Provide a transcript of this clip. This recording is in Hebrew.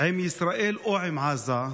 עם ישראל או עם עזה?